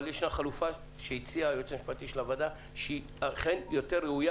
אבל ישנה חלופה שהציע הייעוץ המשפטי של הוועדה שהיא אכן יותר ראויה,